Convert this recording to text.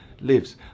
lives